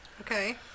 Okay